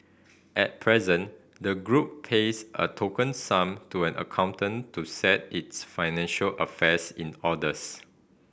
at present the group pays a token sum to an accountant to set its financial affairs in orders